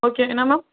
okay என்ன ma'am